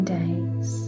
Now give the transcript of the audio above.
days